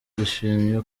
ndishimye